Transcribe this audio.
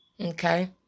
Okay